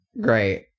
Great